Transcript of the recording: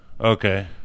Okay